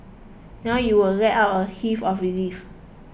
now you will let out a heave of relief